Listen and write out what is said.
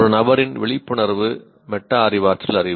ஒரு நபரின் விழிப்புணர்வு மெட்டா அறிவாற்றல் அறிவு